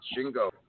Shingo